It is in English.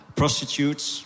prostitutes